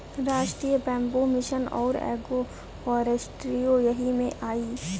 राष्ट्रीय bamboo mission आउर agro फ़ोरेस्ट्रीओ यही में आई